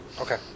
Okay